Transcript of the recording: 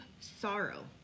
sorrow